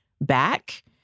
back